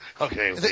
Okay